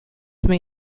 may